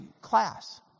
class